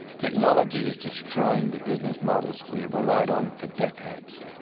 technology is destroying the business models we have relied on for decades.